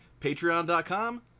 patreon.com